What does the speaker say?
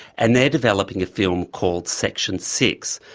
and they are developing a film called section six,